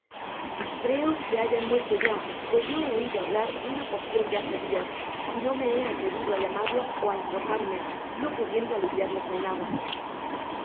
creo que hayan muerto ya pues no he oido hablar una porcion de dias hace y no me he atrevido á llamarlos ó á informarme no pudiendo aliviarlos en nada